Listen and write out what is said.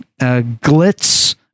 glitz